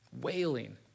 wailing